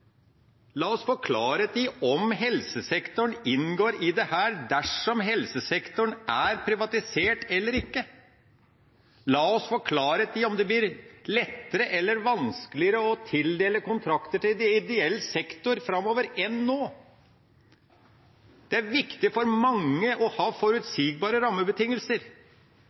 La oss få klarhet i om helsesektoren inngår i dette dersom helsesektoren er privatisert eller ikke. La oss få klarhet i om det blir lettere eller vanskeligere å tildele kontrakter til ideell sektor framover enn nå. Det er viktig for mange å ha forutsigbare rammebetingelser.